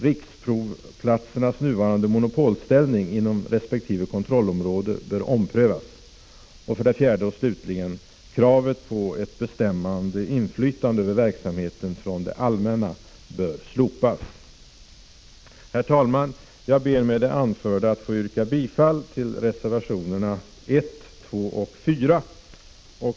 Riksprovplatsernas nuvarande monopolställning inom resp. kontrollområde bör omprövas. 4. Kravet på ett bestämmande inflytande över verksamheten från det allmänna bör slopas. Herr talman! Jag ber med det anförda att få yrka bifall till reservationerna 1, 2 och 4.